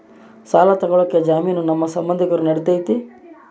ಸಾಲ ತೊಗೋಳಕ್ಕೆ ಜಾಮೇನು ನಮ್ಮ ಸಂಬಂಧಿಕರು ನಡಿತೈತಿ?